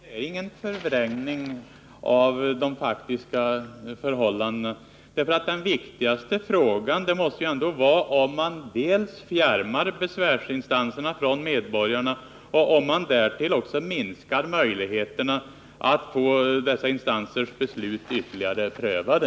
Herr talman! Det är ingen förvrängning av de faktiska förhållandena. Den viktigaste frågan måste ändå vara om man fjärmar besvärsinstanserna från medborgarna och därtill minskar möjligheten att få dessa instansers beslut ytterligare prövade.